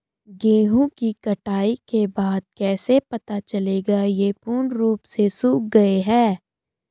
गेहूँ की कटाई के बाद कैसे पता चलेगा ये पूर्ण रूप से सूख गए हैं?